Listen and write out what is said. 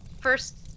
first